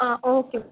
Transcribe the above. आं ओके